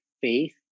faith